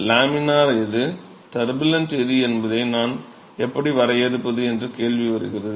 laminar எது turbulent எது என்பதை நான் எப்படி வரையறுப்பது என்ற கேள்வி வருகிறது